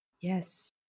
Yes